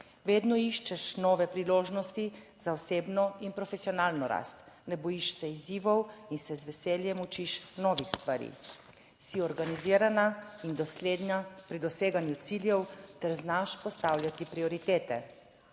Vedno iščeš nove priložnosti za osebno in profesionalno rast, ne bojiš se izzivov in se z veseljem učiš novih stvari. Si organizirana in dosledna pri doseganju ciljev ter znaš postavljati prioritete.